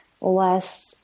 less